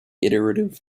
iterative